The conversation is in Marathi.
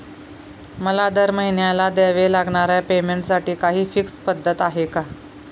मला दरमहिन्याला द्यावे लागणाऱ्या पेमेंटसाठी काही फिक्स पद्धत आहे का?